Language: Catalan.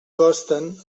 costen